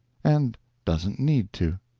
and doesn't need to.